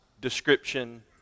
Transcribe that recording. description